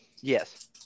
Yes